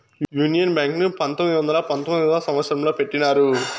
union bank ను పంతొమ్మిది వందల పంతొమ్మిదవ సంవచ్చరంలో పెట్టినారు